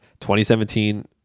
2017